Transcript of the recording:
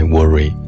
Worry